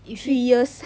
three years